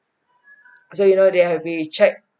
so you know they have be check